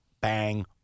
bang